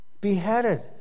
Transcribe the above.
beheaded